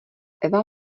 eva